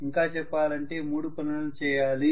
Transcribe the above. ఇంకా చెప్పాలంటే మూడు పనులను చేయాలి